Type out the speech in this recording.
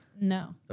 No